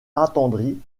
attendri